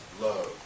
love